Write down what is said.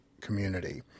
community